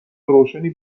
روشنی